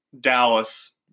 Dallas